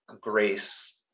grace